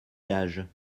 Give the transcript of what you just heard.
gages